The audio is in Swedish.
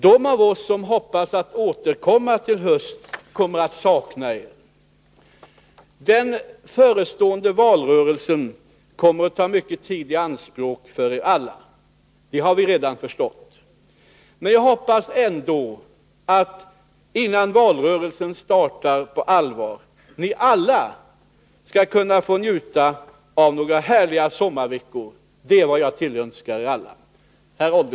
De av oss som hoppas på att återkomma i höst kommer att sakna er. Den förestående valrörelsen kommer att ta mycken tid i anspråk för er alla — det har vi redan förstått. Jag hoppas ändå att innan valrörelsen startar på allvar skall ni alla kunna få njuta av några härliga sommarveckor. Detta tillönskar jag er alla!